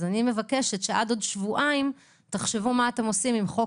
אני מבקשת שעד עוד שבועיים תחשבו מה אתם עושים עם חוק